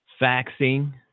faxing